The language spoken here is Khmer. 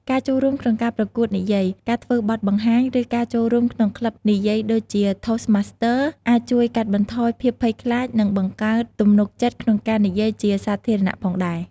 ការចូលរួមក្នុងការប្រកួតនិយាយ ការធ្វើបទបង្ហាញ ឬការចូលរួមក្នុងក្លឹបនិយាយ ដូចជា ថូសម៉ាស្ទ័រ (Toastmasters) អាចជួយកាត់បន្ថយភាពភ័យខ្លាច និងបង្កើនទំនុកចិត្តក្នុងការនិយាយជាសាធារណៈផងដែរ។